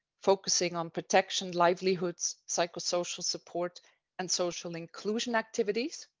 focusing on protection, livelihood's, psychosocial support and social inclusion activities.